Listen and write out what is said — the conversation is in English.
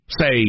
say